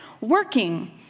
working